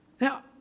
Now